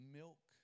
milk